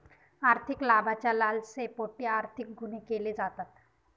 आर्थिक लाभाच्या लालसेपोटी आर्थिक गुन्हे केले जातात